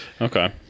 Okay